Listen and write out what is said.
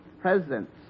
presence